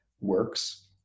works